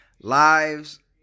lives